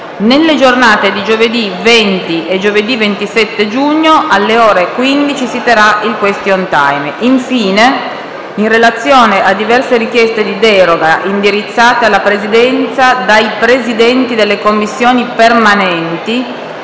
Nelle giornate di giovedì 20 e giovedì 27 giugno, alle ore 15, si terrà il *question time*. Infine, in relazione a diverse richieste di deroga indirizzate alla Presidenza dai Presidenti delle Commissioni permanenti,